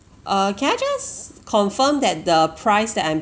err can I just confirm that the price that I'm